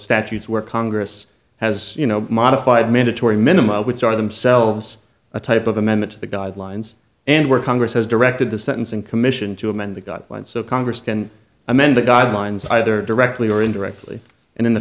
statutes where congress has you know modified mandatory minimum which are themselves a type of amendment to the guidelines and work congress has directed the sentencing commission to amend the got one so congress can amend the guidelines either directly or indirectly in the